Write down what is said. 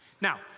Now